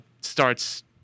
starts